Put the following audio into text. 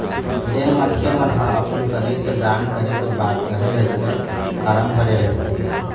जेन मनखे मन ह अपन शरीर के दान करे के बात कहे रहिथे फारम भरे रहिथे